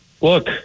look